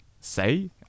say